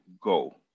go